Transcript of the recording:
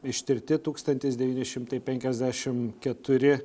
ištirti tūkstantis devyni šimtai penkiasdešim keturi